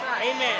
amen